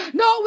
no